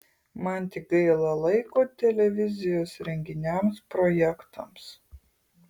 man tik gaila laiko televizijos renginiams projektams